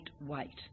weight